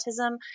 autism